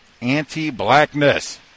anti-blackness